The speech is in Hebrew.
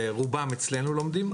ורובם אצלנו לומדים.